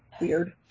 Weird